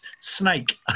snake